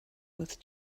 with